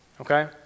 okay